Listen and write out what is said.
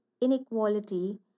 inequality